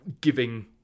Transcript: giving